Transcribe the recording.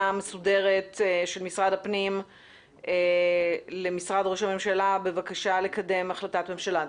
מסודרת של משרד הפנים למשרד ראש הממשלה בבקשה לקדם החלטת ממשלה?